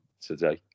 today